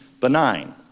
benign